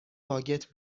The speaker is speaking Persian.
باگت